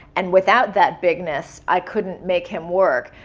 and without that bigness, i couldn't make him work.